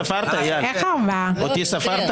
הצבעה לא אושרו.